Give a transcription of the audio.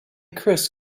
chris